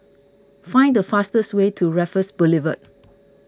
find the fastest way to Raffles Boulevard